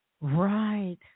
Right